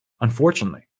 Unfortunately